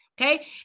Okay